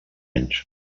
anys